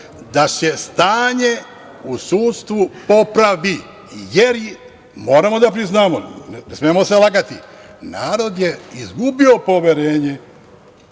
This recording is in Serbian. da se stanje u sudstvu popravi, jer, moramo da priznamo, ne smemo se lagati, narod je izgubio poverenje,